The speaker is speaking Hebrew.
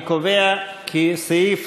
אני קובע כי סעיף